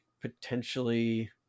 potentially